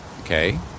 Okay